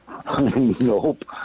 nope